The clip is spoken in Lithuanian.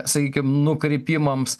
sakykim nukrypimams